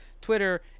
Twitter